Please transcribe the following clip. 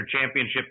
championship